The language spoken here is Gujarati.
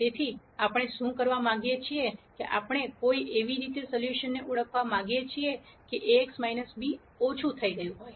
તેથી આપણે શું કરવા માગીએ છીએ કે આપણે કોઈ એવી રીતે સોલ્યુશનને ઓળખવા માગીએ છીએ કે Ax b ઓછું થઈ ગયું હોય